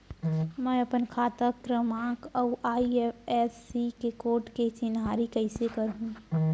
मैं अपन खाता क्रमाँक अऊ आई.एफ.एस.सी कोड के चिन्हारी कइसे करहूँ?